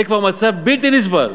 זה כבר מצב בלתי נסבל.